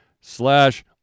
slash